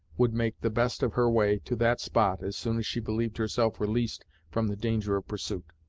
would make the best of her way to that spot as soon as she believed herself released from the danger of pursuit.